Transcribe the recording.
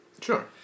Sure